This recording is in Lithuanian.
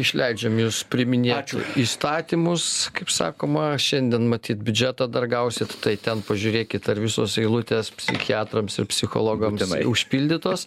išleidžiam jus priiminėt įstatymus kaip sakoma šiandien matyt biudžetą dar gausit tai ten pažiūrėkit ar visos eilutės psichiatrams ir psichologams užpildytos